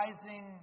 rising